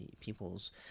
people's